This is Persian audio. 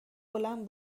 بلند